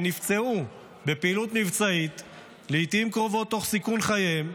שנפצעו בפעילות מבצעית לעיתים קרובות תוך סיכון חייהם,